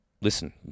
Listen